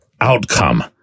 outcome